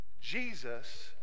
Jesus